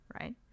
Right